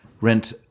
rent